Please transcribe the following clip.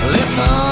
Listen